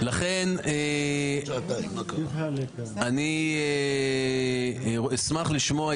רק אני שואלת איפה --- ווליד טאהא (רע"מ,